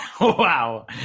Wow